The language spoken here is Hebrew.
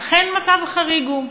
אכן מצב חריג הוא.